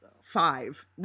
Five